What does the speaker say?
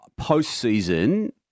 postseason